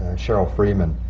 cheryl freeman,